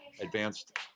advanced